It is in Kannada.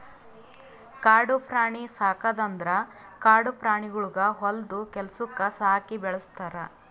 ಕಾಡು ಪ್ರಾಣಿ ಸಾಕದ್ ಅಂದುರ್ ಕಾಡು ಪ್ರಾಣಿಗೊಳಿಗ್ ಹೊಲ್ದು ಕೆಲಸುಕ್ ಸಾಕಿ ಬೆಳುಸ್ತಾರ್